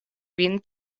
vin